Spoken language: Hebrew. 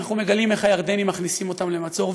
אנחנו מגלים איך הירדנים מכניסים אותם למצור.